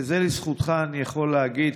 וזה לזכותך אני יכול להגיד,